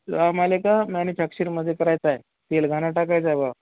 आम्हाला का मॅनिफॅक्चरिंगमध्ये करायचा आहे तेलघाणा टाकायचा आहे बुवा